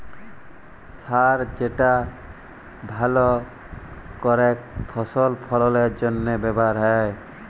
সার যেটা ভাল করেক ফসল ফললের জনহে ব্যবহার হ্যয়